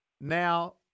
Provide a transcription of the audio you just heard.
now